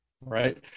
right